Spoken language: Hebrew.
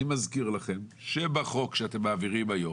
אני מזכיר לכם שבחוק שאתם מעבירים היום,